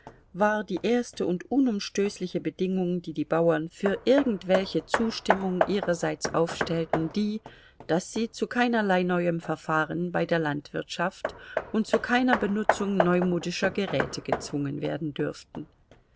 war die erste und unumstößliche bedingung die die bauern für irgendwelche zustimmung ihrerseits aufstellten die daß sie zu keinerlei neuem verfahren bei der landwirtschaft und zu keiner benutzung neumodischer geräte gezwungen werden dürften